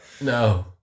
no